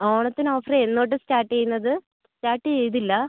ഓണത്തിന് ഓഫർ എന്ന് തൊട്ട് സ്റ്റാർട്ട് ചെയ്യുന്നത് സ്റ്റാർട്ട് ചെയ്തില്ല